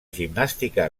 gimnàstica